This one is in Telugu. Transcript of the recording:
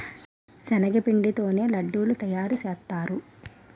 శనగపిండి తోనే లడ్డూలు తయారుసేత్తారు